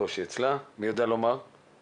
אני לא שומעת אתכם.